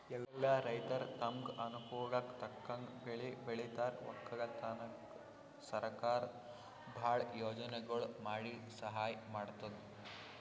ಎಲ್ಲಾ ರೈತರ್ ತಮ್ಗ್ ಅನುಕೂಲಕ್ಕ್ ತಕ್ಕಂಗ್ ಬೆಳಿ ಬೆಳಿತಾರ್ ವಕ್ಕಲತನ್ಕ್ ಸರಕಾರ್ ಭಾಳ್ ಯೋಜನೆಗೊಳ್ ಮಾಡಿ ಸಹಾಯ್ ಮಾಡ್ತದ್